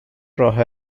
راه